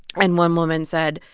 and one woman said,